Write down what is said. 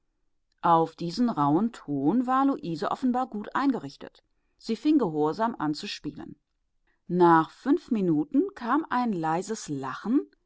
auf diesen rauhen ton war luise offenbar gut eingerichtet sie fing gehorsam an zu spielen nach fünf minuten kam ein leises lachen